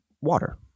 water